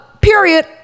period